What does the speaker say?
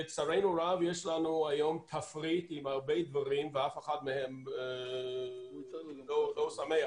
לצערנו הרב יש לנו היום תפריט עם הרבה דברים ואף אחד מהם לא שמח.